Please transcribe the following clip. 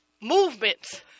Movements